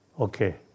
Okay